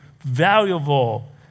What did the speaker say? valuable